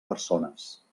persones